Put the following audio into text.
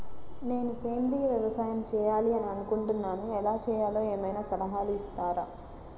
నేను సేంద్రియ వ్యవసాయం చేయాలి అని అనుకుంటున్నాను, ఎలా చేయాలో ఏమయినా సలహాలు ఇస్తారా?